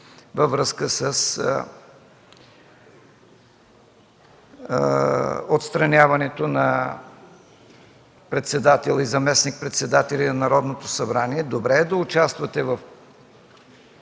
във връзка с отстраняването на председател и заместник-председатели на Народното събрание – добре е да участвате в